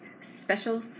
special